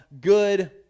good